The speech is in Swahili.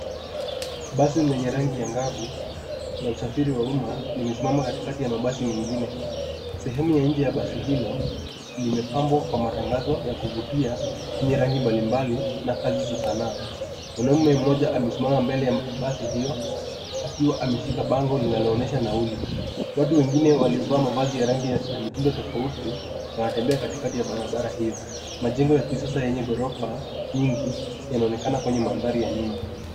Basi lenye rangi angavu la usafiri wa umma limesimama katikati ya mabasi mengine. Sehemu ya nje ya basi hilo limepambwa kwa matangazo ya kuvutia yenye rangimbalimbali na kazi za sanaa. Mwanamume mmoja amesimama mbele ya basi hilo akiwa ameshika bango linaloonyesha nauli. Watu wengine waliovaa mavazi ya rangi na mitindotofauti wanatembea katikati ya barabara hio. Majengo ya kisasa yenye ghorofa nyingi yanaonekana kwenye mandhari ya nyuma.